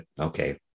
okay